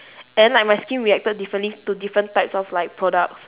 and then like my skin reacted differently to different types of like products